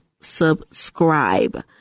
subscribe